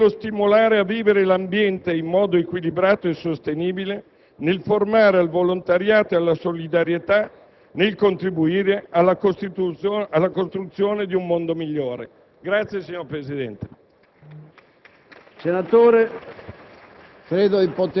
nel favorire le relazioni paritetiche, nello stimolare a vivere l'ambiente in modo equilibrato e sostenibile, nel formare al volontariato e alla solidarietà, nel contribuire alla costruzione di un mondo migliore. *(Applausi dal